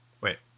wait